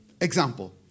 Example